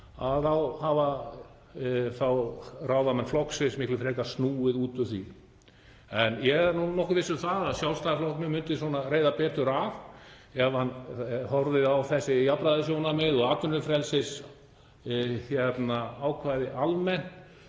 hafa ráðamenn flokksins miklu frekar snúið út úr því. En ég er nokkuð viss um að Sjálfstæðisflokknum myndi reiða betur af ef hann horfði á þessi jafnræðissjónarmið og atvinnufrelsisákvæðið almennt